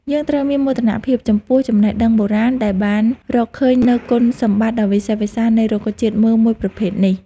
យើងត្រូវមានមោទនភាពចំពោះចំណេះដឹងបុរាណដែលបានរកឃើញនូវគុណសម្បត្តិដ៏វិសេសវិសាលនៃរុក្ខជាតិមើមមួយប្រភេទនេះ។